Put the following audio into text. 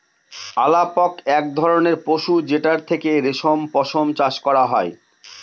আলাপক এক ধরনের পশু যেটার থেকে রেশম পশম চাষ করা হয়